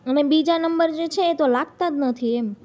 અને બીજા નંબર જે છે એ તો લાગતા જ નથી એમ